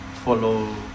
follow